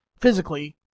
physically